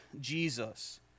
Jesus